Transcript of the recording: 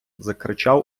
закричав